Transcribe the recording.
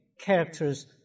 characters